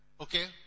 Okay